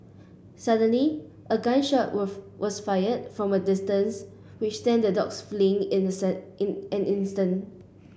suddenly a gun shot was fired from a distance which sent the dogs fleeing in an instant